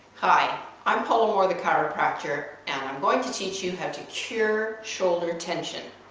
hi i'm paula moore the chiropractor and i'm going to teach you how to cure shoulder tension.